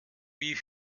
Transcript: wie